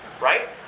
right